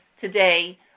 today